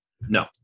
no